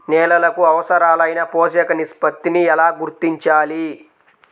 నేలలకు అవసరాలైన పోషక నిష్పత్తిని ఎలా గుర్తించాలి?